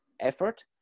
effort